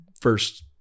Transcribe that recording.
first